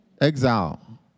exile